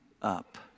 up